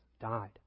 died